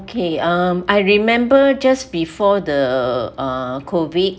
okay um I remember just before the uh COVID